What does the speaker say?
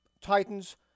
Titans